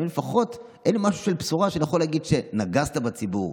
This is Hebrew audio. לפחות אין לי משהו של בשורה שאני יכול להגיד שנגסת בציבור.